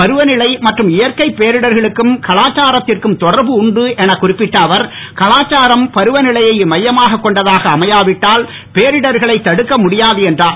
பருவநிலை மற்றும் இயற்கை பேரிடர்களுக்கும் கலாச்சாரத்திற்கும் தொடர்பு உண்டு என குறிப்பிட்ட அவர் கலாச்சாரம் பருவநிலையை மையமாகக் கொண்டதாக அமையாவிட்டால் பேரிடர்களை தடுக்க முடியாது என்றார்